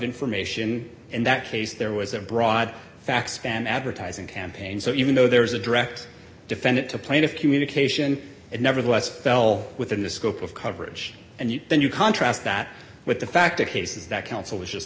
information and that case there was a broad facts span advertising campaign so even though there was a direct defendant to plaintiff communication it nevertheless fell within the scope of coverage and then you contrast that with the fact of cases that counsel is just